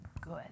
good